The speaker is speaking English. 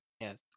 Yes